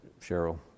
Cheryl